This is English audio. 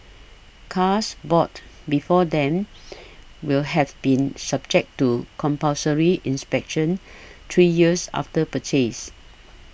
cars bought before then will have been subject to compulsory inspections three years after purchase